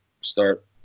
start